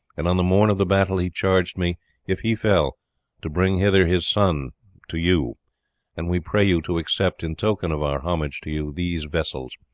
and on the morn of the battle he charged me if he fell to bring hither his son to you and we pray you to accept in token of our homage to you, these vessels.